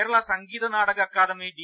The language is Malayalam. കേരള സംഗീത നാടക അക്കാദമി ഡി